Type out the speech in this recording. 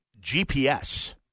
GPS